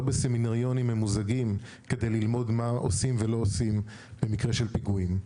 בסמינריונים ממוזגים כדי ללמוד מה עושים ולא עושים במקרה של פיגועים.